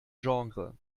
genre